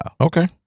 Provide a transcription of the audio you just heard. Okay